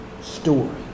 story